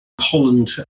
Holland